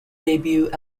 debut